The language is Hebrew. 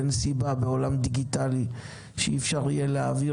אין סיבה בעולם דיגיטלי שאי אפשר יהיה להעביר